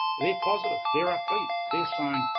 they're positive, they're upbeat, they're saying,